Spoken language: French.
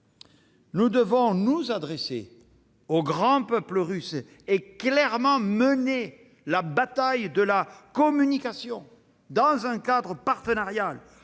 Nous devons nous adresser au grand peuple russe et clairement mener la bataille de la communication, dans un cadre partenarial,